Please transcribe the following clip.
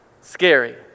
scary